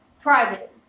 Private